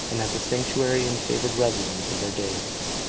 and as the sanctuary and favoured residence of their deities.